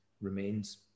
remains